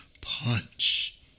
punch